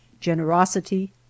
generosity